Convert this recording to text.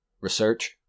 Research